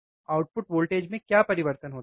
output voltage में क्या परिवर्तन होता है